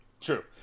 True